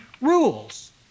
rules